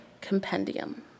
compendium